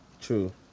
True